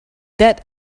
that